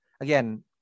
again